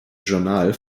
journal